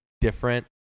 different